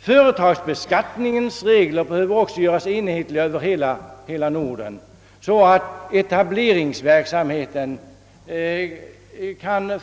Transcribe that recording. För det andra behöver företagsbeskattningens regler göras enhetliga för hela Norden så att etableringsverksamheten kan